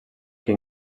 que